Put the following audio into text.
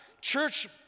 Church